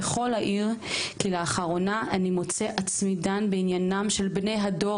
ככלל אעיר כי לאחרונה אני מוצא עצמי דן בעניינם של בני הדור